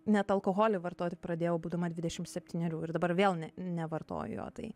net alkoholį vartoti pradėjau būdama dvidešim septynerių ir dabar vėl ne nevartoju jo tai